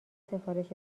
سفارش